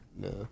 No